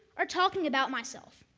or talking about myself.